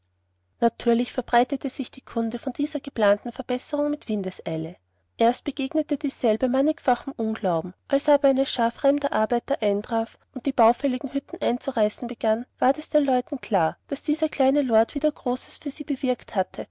natürlich verbreitete sich die kunde von dieser geplanten verbesserung mit windeseile erst begegnete dieselbe mannigfachem unglauben als aber eine schar fremder arbeiter eintraf und die baufälligen hütten einzureißen begann ward es den leuten klar daß dieser kleine lord wieder großes für sie gewirkt hatte